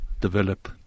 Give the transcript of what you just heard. develop